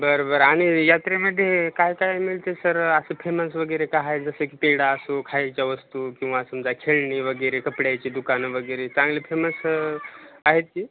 बर बर आणि यात्रेमध्ये काय काय मिळते आहे सर असं फेमस वगैरे का आहे जसं की पेढा असो खायच्या वस्तू किंवा समजा खेळणी वगैरे कपड्याची दुकानं वगैरे चांगली फेमस आहेत ती